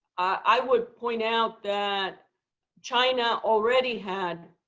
i would point out that china already had